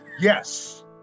Yes